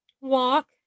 walk